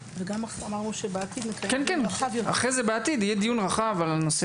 בעתיד יהיה דיון רחב על נושא